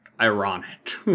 ironic